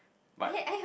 but